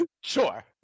sure